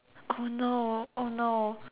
oh no oh no